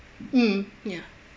mm ya